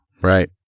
right